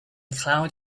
cloud